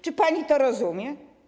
Czy pani to rozumie?